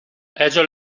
ellos